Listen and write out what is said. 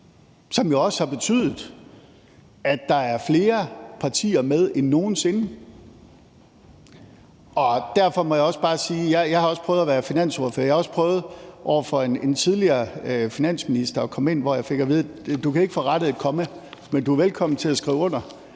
som også har betydet, at der er flere partier med end nogen sinde. Derfor må jeg bare sige, at jeg også har prøvet at være finansordfører. Jeg har også prøvet over for en tidligere finansminister at komme ind, hvor jeg fik at vide, at jeg ikke kunne få rettet et komma, men at jeg var velkommen til at skrive under.